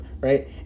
right